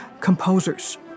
composers